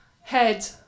head